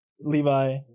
Levi